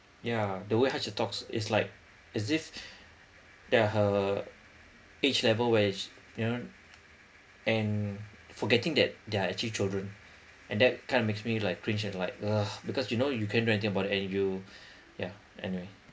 yeah the way how she talks it's like as if they're her age level where sh~ you know and forgetting that they're actually children and that kind of makes me like cringe at like uh because you know you cannot do anything about it and you yeah anyway